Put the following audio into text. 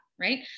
right